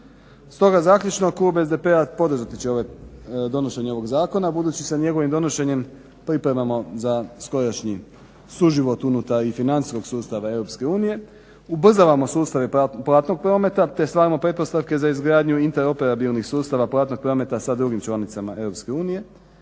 Stoga, zaključno klub SDP-a podržati će ove, donošenje ovog zakona budući sa njegovim donošenjem pripremamo za skorašnji suživot unutar i financijskog sustava Europske unije, ubrzavamo sustave platnog prometa te stvaramo pretpostavke za izgradnju interoperabilnih sustava platnog prometa sa drugim članicama Europske unije,